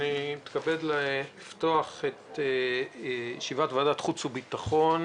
אני מתכבד לפתוח את ישיבת ועדת החוץ והביטחון.